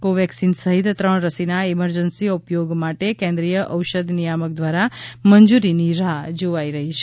કો વેક્સિન સહિત ત્રણ રસીના ઈમરજન્સી ઉપયોગ માટે કેન્દ્રિય ઔષધ નિયામક દ્વારા મંજૂરીની રાહ જોવાઈ રહી છે